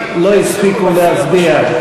הספיקו להצביע.